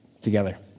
together